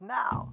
now